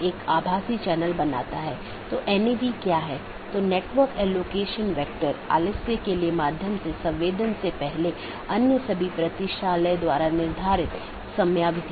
तो इसका मतलब यह है कि OSPF या RIP प्रोटोकॉल जो भी हैं जो उन सूचनाओं के साथ हैं उनका उपयोग इस BGP द्वारा किया जा रहा है